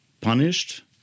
punished